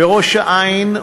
בראש-העין,